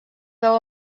veu